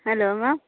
hello ma'am